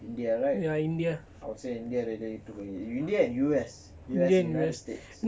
india right I will say india already took india and US US united states